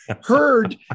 heard